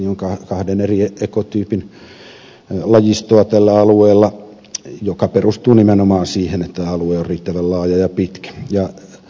on kahden eri ekotyypin lajistoa tällä alueella mikä perustuu nimenomaan siihen että alue on riittävän laaja ja pitkä